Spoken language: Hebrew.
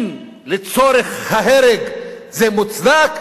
אם לצורך ההרג זה מוצדק,